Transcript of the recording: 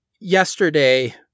yesterday